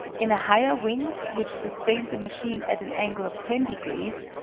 in a higher wind, which sustained the machine at an angle of ten degrees,